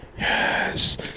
Yes